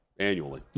annually